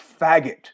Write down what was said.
faggot